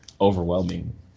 overwhelming